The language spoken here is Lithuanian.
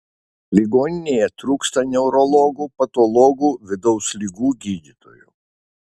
ligoninėje trūksta neurologų patologų vidaus ligų gydytojų